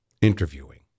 interviewing